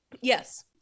Yes